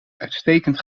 uitstekend